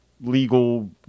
legal